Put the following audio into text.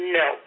no